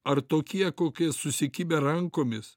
ar tokie kokie susikibę rankomis